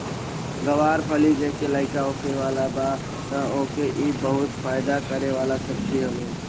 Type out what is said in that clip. ग्वार फली जेके लईका होखे वाला बा तअ ओके इ बहुते फायदा करे वाला सब्जी हवे